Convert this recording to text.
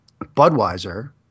Budweiser –